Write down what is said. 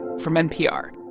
from npr